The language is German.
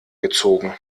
gezogen